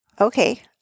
okay